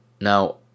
Now